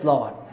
Lord